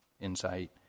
insight